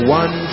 one